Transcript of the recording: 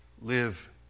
Live